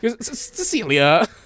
Cecilia